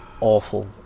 awful